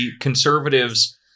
conservatives